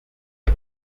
iba